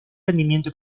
rendimiento